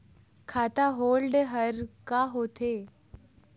खाता होल्ड हर का होथे?